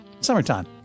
summertime